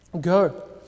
Go